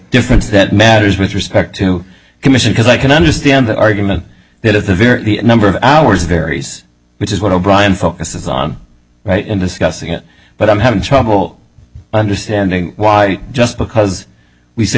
difference that matters with respect to commission because i can understand the argument that at the very number of hours varies which is what o'brien focuses on right in discussing it but i'm having trouble understanding why just because we s